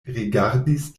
rigardis